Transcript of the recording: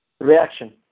Reaction